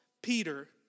Peter